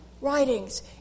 writings